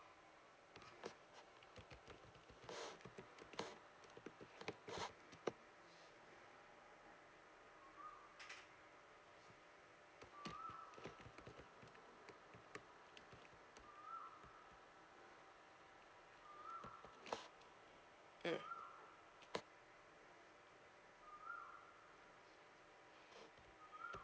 mm